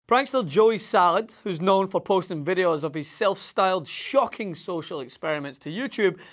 prankster, joey salads, who's known for posting videos of his self-styled, shocking social experiments to youtube,